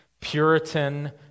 Puritan